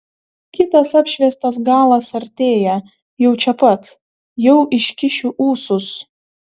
kitas apšviestas galas artėja jau čia pat jau iškišiu ūsus